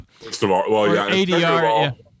ADR